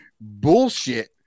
bullshit